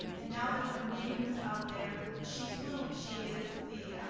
and now that her name is out there, she's willing. she is the